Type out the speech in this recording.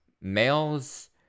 Males